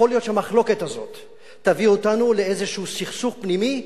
יכול להיות שהמחלוקת הזאת תביא אותנו לאיזשהו סכסוך פנימי,